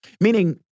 Meaning